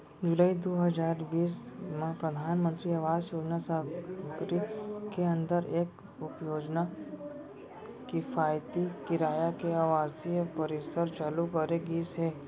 जुलाई दू हजार बीस म परधानमंतरी आवास योजना सहरी के अंदर एक उपयोजना किफायती किराया के आवासीय परिसर चालू करे गिस हे